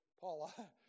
Paula